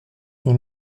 son